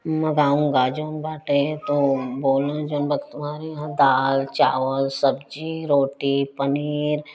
मगाऊँगा जौन बाटे तो बोलो न जौन बा हमारे वहाँ दाल चावल सब्जी रोटी पनीर